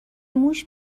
موش